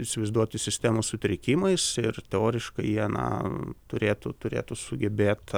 įsivaizduoti sistemos sutrikimais ir teoriškai jie na turėtų turėtų sugebėt